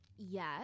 yes